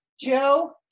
Joe